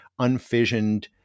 unfissioned